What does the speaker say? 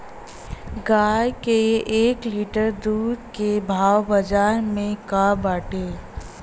गाय के एक लीटर दूध के भाव बाजार में का बाटे?